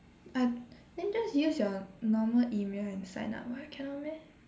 I then just use your normal email and sign up why cannot meh